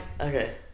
Okay